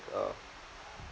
uh